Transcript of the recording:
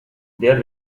their